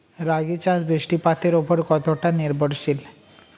রাগী চাষ বৃষ্টিপাতের ওপর কতটা নির্ভরশীল?